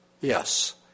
Yes